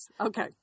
Okay